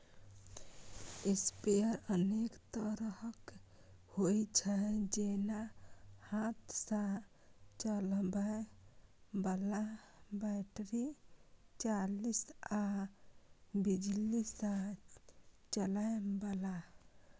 sprayer अनेक तरहक होइ छै, जेना हाथ सं चलबै बला, बैटरी चालित आ बिजली सं चलै बला